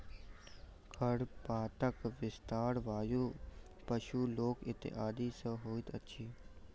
खरपातक विस्तार वायु, पशु, लोक इत्यादि सॅ होइत अछि